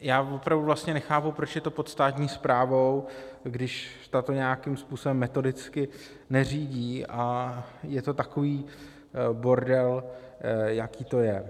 já opravdu vlastně nechápu, proč je to pod státní správou, když tato nějakým způsobem metodicky neřídí a je to takový bordel, jaký to je.